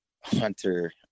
hunter